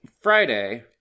Friday